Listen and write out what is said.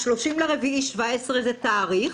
ה-30 באפריל 2017 זה תאריך,